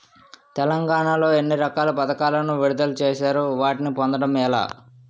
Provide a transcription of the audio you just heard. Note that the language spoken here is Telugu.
తెలంగాణ లో ఎన్ని రకాల పథకాలను విడుదల చేశారు? వాటిని పొందడం ఎలా?